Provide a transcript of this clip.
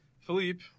Philippe